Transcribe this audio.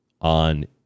on